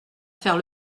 faire